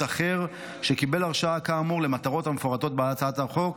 אחר שקיבל הרשאה כאמור למטרות המפורטות בהצעת החוק,